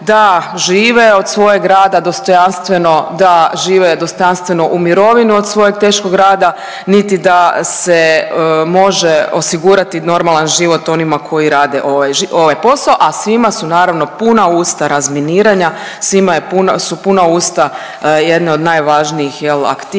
da žive od svojeg rada dostojanstveno, da žive dostojanstveno u mirovini od svojeg teškog rada, niti da se može osigurati normalan život onima koji rade ovaj posao, a svima su naravno puna usta razminiranja, svima su puna usta jedne od najvažnijih jel aktivnosti